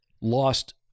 lost